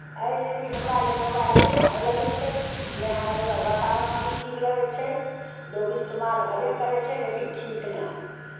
एहि लेल ई हमरा ई मोबाइल अच्छा नहि लगै छै नहि हमर एकर वातावरण भी ठीक लगै छै लोक इस्तेमाल भले करै छै लेकिन ठीक नहि हइ